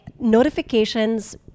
notifications